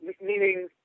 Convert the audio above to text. meaning